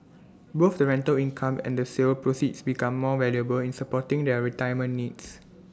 both the rental income and the sale proceeds become more valuable in supporting their retirement needs